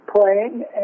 playing